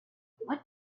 what